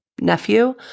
nephew